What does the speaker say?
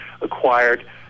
acquired